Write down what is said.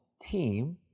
team